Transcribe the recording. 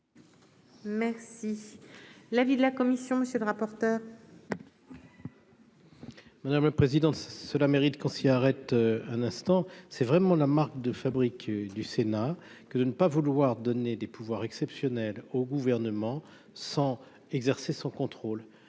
Merci l'avis de la commission, monsieur le rapporteur. Madame le président, cela mérite qu'on s'y arrête un instant, c'est vraiment la marque de fabrique du Sénat que de ne pas vouloir donner des pouvoirs exceptionnels au gouvernement sans exercer son contrôle